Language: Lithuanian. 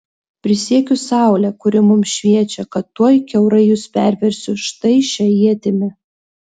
prisiekiu saule kuri mums šviečia kad tuoj kiaurai jus perversiu štai šia ietimi